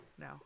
No